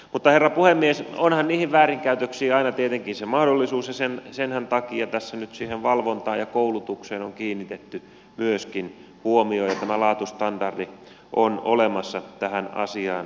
mutta herra puhemies onhan niihin väärinkäytöksiin aina tietenkin se mahdollisuus ja senhän takia tässä nyt siihen valvontaan ja koulutukseen on kiinnitetty myöskin huomiota ja tämä laatustandardi on olemassa tähän asiaan liittyen